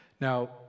Now